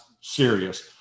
serious